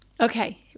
okay